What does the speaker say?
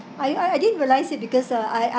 I I I didn't realise it because uh I I